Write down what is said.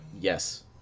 yes